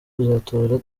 kuzatora